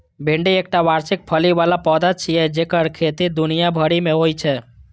भिंडी एकटा वार्षिक फली बला पौधा छियै जेकर खेती दुनिया भरि मे होइ छै